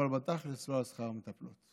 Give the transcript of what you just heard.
אבל בתכלס לא על שכר המטפלות.